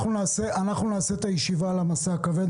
אנחנו נקיים ישיבה על משא כבד,